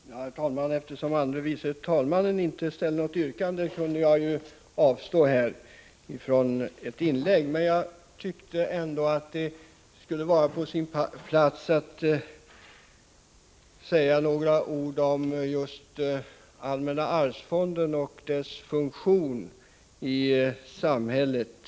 Herr talman! Eftersom andre vice talmannen inte ställde något yrkande hade jag kunnat låta bli att göra ett inlägg. Jag tycker i alla fall att det är på sin plats att säga några ord om allmänna arvsfonden och dess funktion i samhället.